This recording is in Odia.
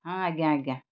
ହଁ ଆଜ୍ଞା ଆଜ୍ଞା